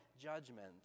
judgment